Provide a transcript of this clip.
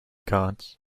cards